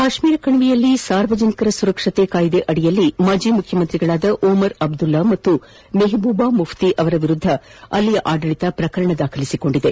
ಕಾಶ್ಟೀರ ಕಣಿವೆಯಲ್ಲಿ ಸಾರ್ವಜನಿಕರ ಸುರಕ್ಷತೆ ಕಾಯಿದೆ ಅದಿಯಲ್ಲಿ ಮಾಜಿ ಮುಖ್ಯಮಂತ್ರಿಗಳಾದ ಓಮರ್ ಅಬ್ಲುಲ್ಲಾ ಮತ್ತು ಮೆಹಬೂಬಾ ಮುಫ್ಲಿ ಅವರ ವಿರುದ್ದ ಅಲ್ಲಿನ ಆಡಳಿತ ಪ್ರಕರಣ ದಾಖಲಿಸಿಕೊಂಡಿದೆ